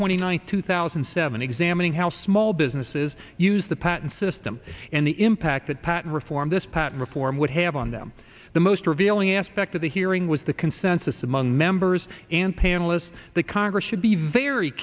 twenty ninth two thousand and seven examining how small businesses use the patent system and the impact that patent reform this patent reform would have on them the most revealing aspect of the hearing was the consensus among members and panelists the congress should be very